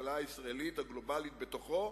ובכלכלה הישראלית הגלובלית בתוכו,